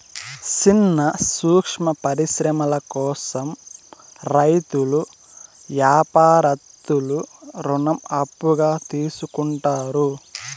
సిన్న సూక్ష్మ పరిశ్రమల కోసం రైతులు యాపారత్తులు రుణం అప్పుగా తీసుకుంటారు